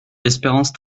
espérance